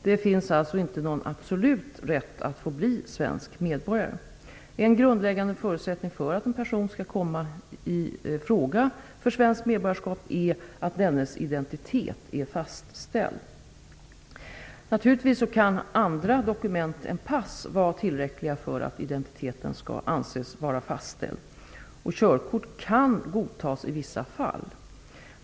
Det finns alltså inte någon absolut rätt att få bli svensk medborgare. En grundläggande förutsättning för att en person skall komma i fråga för svenskt medborgarskap är att dennes identitet är fastställd. Naturligtvis kan andra dokument än pass vara tillräckliga för att identiteten skall anses vara fastställd. Körkort kan godtas i vissa fall.